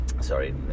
sorry